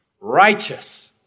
righteous